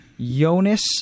Jonas